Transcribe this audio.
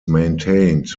maintained